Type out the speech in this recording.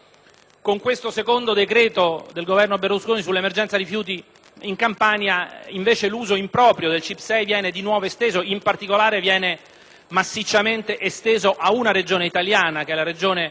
Con questo secondo decreto del Governo Berlusconi sull'emergenza rifiuti in Campania, invece, l'uso improprio del CIP6 viene di nuovo esteso. In particolare, viene massicciamente esteso ad una regione italiana - la regione